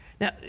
Now